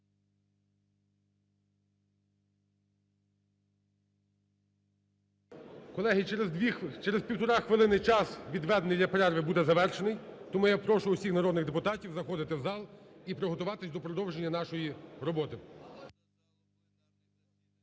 Колеги, через півтори хвилини час, відведений для перерви, буде завершений. Тому я прошу всіх народних депутатів заходити в зал і приготуватися до продовження нашої роботи.